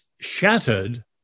shattered